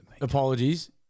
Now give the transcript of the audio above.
Apologies